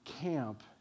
camp